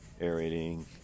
aerating